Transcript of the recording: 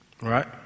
right